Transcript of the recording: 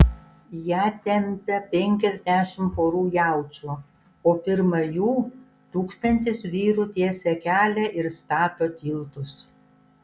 ją tempia penkiasdešimt porų jaučių o pirma jų tūkstantis vyrų tiesia kelią ir stato tiltus